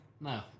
No